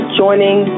joining